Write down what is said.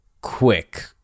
quick